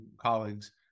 colleagues